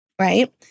right